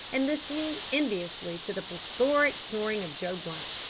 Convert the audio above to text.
and listening enviously to the plethoric snoring of joe blunt.